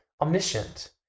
omniscient